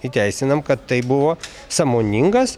įteisinam kad taip buvo sąmoningas